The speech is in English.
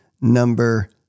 number